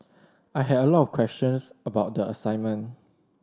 I had a lot of questions about the assignment